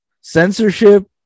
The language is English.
Censorship